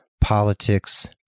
politics